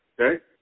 Okay